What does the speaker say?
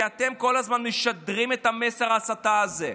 כי אתם כל הזמן משדרים את מסר ההסתה הזה.